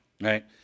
right